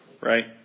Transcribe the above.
right